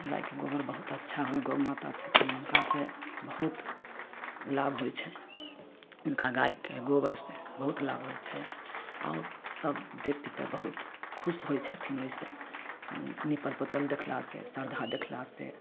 गाइके गोबर बहुत अच्छा होइ गउ माता छथिन हुनकासँ बहुत लाभ होइ छै गाइके गोबरसँ बहुत लाभ होइ छै आओर सब देव पितर बहुत खुश होइ छथिन ओहिसँ निपल पोतल देखलासँ श्रद्धा देखलासँ